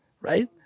right